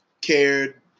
cared